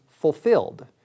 fulfilled